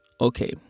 Okay